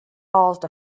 caused